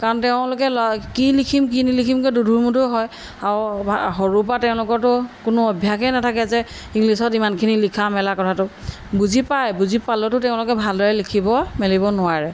কাৰণ তেওঁলোকে ল কি লিখিম কি নিলিখিমকৈ দুধুৰ মধুৰ হয় আৰু সৰুৰ পৰা তেওঁলোকৰটো কোনো অভ্যাসেই নাথাকে যে ইংলিছত ইমানখিনি লিখা মেলা কথাটো বুজি পায় বুজি পালেওটো তেওঁলোকে ভালদৰে লিখিব মেলিব নোৱাৰে